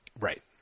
Right